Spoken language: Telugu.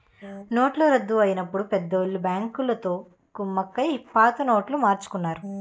నోట్ల రద్దు అయినప్పుడు పెద్దోళ్ళు బ్యాంకులతో కుమ్మక్కై పాత నోట్లు మార్చుకున్నారు